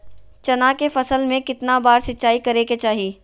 चना के फसल में कितना बार सिंचाई करें के चाहि?